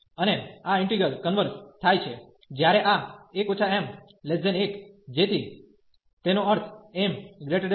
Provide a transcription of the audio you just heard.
અને આ integral converge થાય છે જ્યારે આ 1 m1 જેથી તેનો અર્થ m0